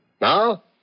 Now